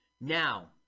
Now